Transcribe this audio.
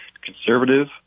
conservative